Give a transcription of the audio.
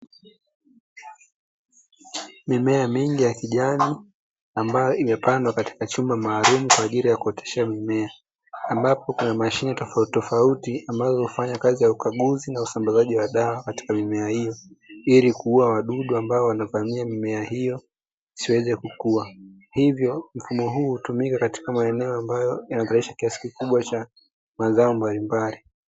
Mimea mingi ya kijani ambayo imepandwa katika chumba maalumu kwa ajili ya kuoteshea mimea, ambapo kuna mashine tofautitofauti ambazo hufanya kazi ya ukaguzi na usambazaji wa dawa katika mimea hiyo, ili kuua wadudu ambao wanavamia mimea hiyo, isiweze kukua. Hivyo mfumo huu hutumika katika maeneo ambayo, yanazalisha kiasi kikubwa cha mazao mbalimbali.